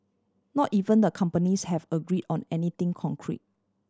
not even the companies have agreed on anything concrete